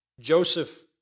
Joseph